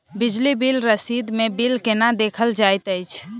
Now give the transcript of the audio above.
बिजली बिल रसीद मे बिल केना देखल जाइत अछि?